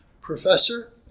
professor